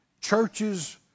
churches